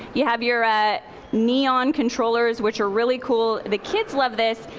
you have your ah neon controllers which are really cool. the kids love this.